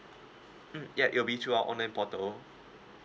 mm ya it will be through our online portal